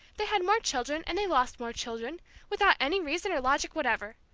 they had more children, and they lost more children without any reason or logic whatever.